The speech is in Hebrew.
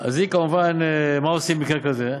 אז היא, כמובן, מה עושים במקרה כזה?